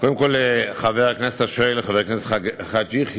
קודם כול, חבר הכנסת השואל, חבר הכנסת חאג' יחיא,